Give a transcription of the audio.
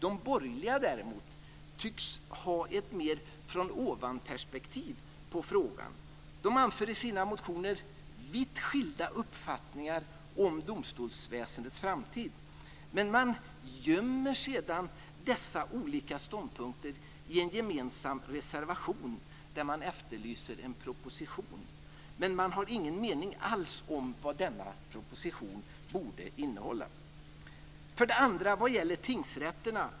De borgerliga tycks däremot ha ett perspektiv mer från ovan när det gäller den här frågan. De anför i sina motioner vitt skilda uppfattningar om domstolsväsendets framtid. Sedan gömmer de dessa olika ståndpunkter i en gemensam reservation där de efterlyser en proposition. Men de har ingen mening alls om vad denna proposition borde innehålla. För det andra gäller det tingsrätterna.